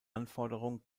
anforderung